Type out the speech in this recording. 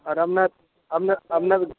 আর আপনার আপনার আপনার